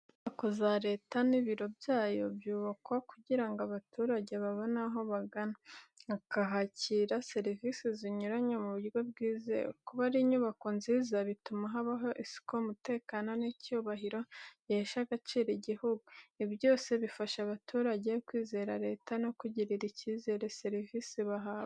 Inyubako za Leta n’ibiro byayo byubakwa kugira ngo abaturage babone aho bagana, bakahakira serivisi zinyuranye mu buryo bwizewe. Kuba ari inyubako nziza, bituma habaho isuku, umutekano, n’icyubahiro gihesha agaciro igihugu. Ibi byose bifasha abaturage kwizera Leta no kugirira icyizere serivisi bahabwa.